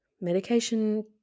medication